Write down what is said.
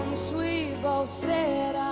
both said